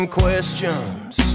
questions